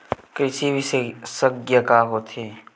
कृषि विशेषज्ञ का होथे?